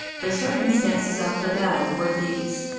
the circumstances of the battle were these.